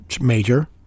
Major